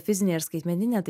fizinė ir skaitmeninė tai